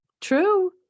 True